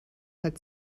hat